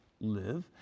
live